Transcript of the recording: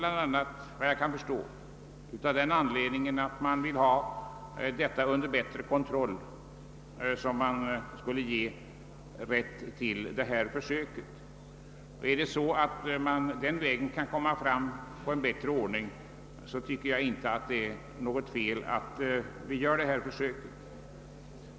vitt jag kan förstå vill man ha en bättre kontroll — något som måhända skulle kunna uppnås genom ett sådant här försök. Kan vi den vägen komma fram till en bättre ordning, är det enligt min mening inte något fel att försöket görs.